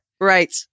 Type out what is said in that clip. right